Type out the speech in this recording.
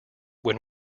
when